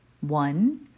One